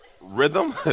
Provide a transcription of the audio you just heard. rhythm